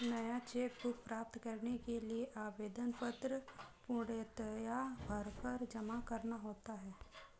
नया cheque book प्राप्त करने के लिए आवेदन पत्र पूर्णतया भरकर जमा करना होता है